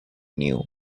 knew